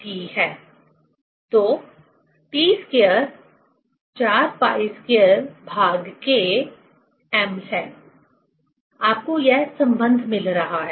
तो T2 4π2Km आपको यह सम्बंध मिल रहा है